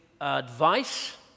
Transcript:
advice